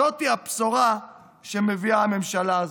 זאת היא הבשורה שמביאה הממשלה הזאת.